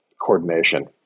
coordination